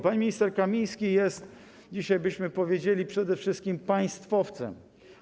Pan minister Kamiński jest, dzisiaj byśmy powiedzieli, przede wszystkim państwowcem.